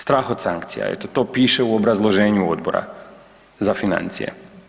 Strah od sankcija, eto, to piše u obrazloženju Odbora za financije.